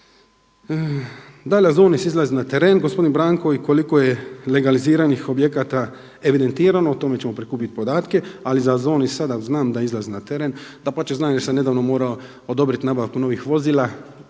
Dalje AZONIZ izlazi na teren, gospodin Branko koliko je legaliziranih objekata evidentirano, o tome ćemo prikupiti podatke, ali za AZONIZ sada znam da izlazi na teren, dapače znam jer sam nedavno morao odobriti nabavku novih vozila,